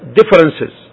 differences